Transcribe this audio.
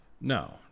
no